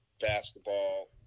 basketball